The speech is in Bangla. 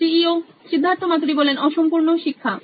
Siddharth Maturi C E O নোইন ইলেকট্রনিক্স অসম্পূর্ণ শিক্ষা